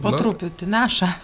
po truputį neša